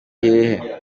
hehe